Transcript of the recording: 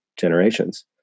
generations